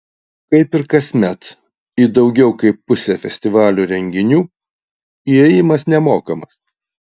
kaip ir kasmet į daugiau kaip pusę festivalio renginių įėjimas nemokamas